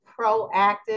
proactive